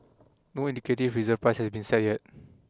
no indicative reserve price has been set yet